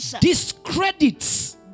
discredits